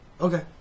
Okay